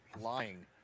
lying